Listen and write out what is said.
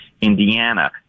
Indiana